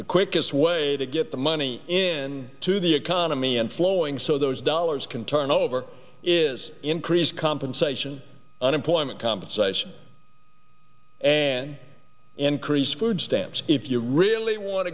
the quickest way to get the money in to the economy and flowing so those dollars can turn over is increase compensation unemployment compensation an increase food stamps if you really want